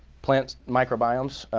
plant microbiomes,